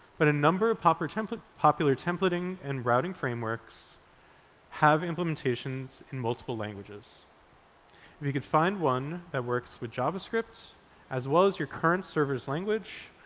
but a number of popular templating popular templating and routing frameworks have implementations in multiple languages, and if you can find one that works with javascript as well as your current server's language,